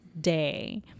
day